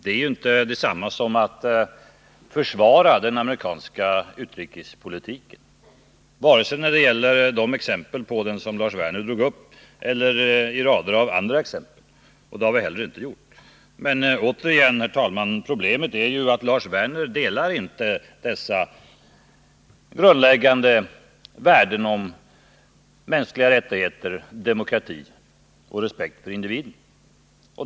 Det är inte detsamma som att försvara den amerikanska utrikespolitiken — det har vi inte gjort — varken när det gäller de exempel på den som Lars Werner tog upp eller när det gäller rader av andra exempel. Men återigen, herr talman, är problemet att Lars Werner inte delar vår syn på dessa grundläggande värden — mänskliga rättigheter, demokrati och respekt för individen.